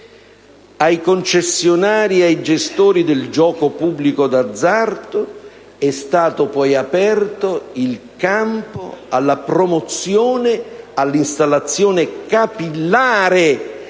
Ai concessionari ed ai gestori del gioco pubblico d'azzardo è stato poi aperto il campo alla promozione, all'istallazione capillare